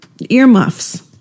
Earmuffs